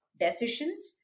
decisions